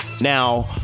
Now